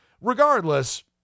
regardless